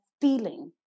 feeling